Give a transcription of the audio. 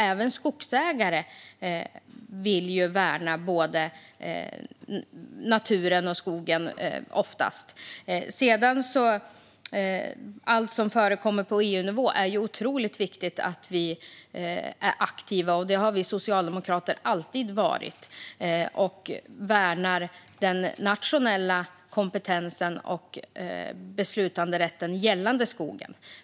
Även skogsägare vill ju oftast värna både naturen och skogen. I allt som förekommer på EU-nivå är det otroligt viktigt att vi är aktiva, och det har vi socialdemokrater alltid varit. Vi värnar den nationella kompetensen och beslutanderätten gällande skogen.